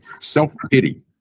self-pity